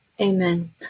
Amen